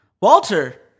Walter